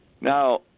Now